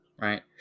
right